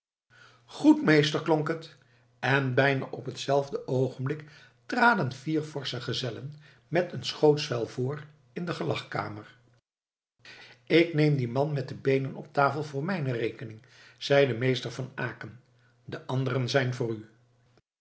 goed meester klonk het en bijna op hetzelfde oogenblik traden vier forsche gezellen met een schootsvel voor in de gelagkamer ik neem dien man met de beenen op tafel voor mijne rekening zeide meester van aecken de anderen zijn voor u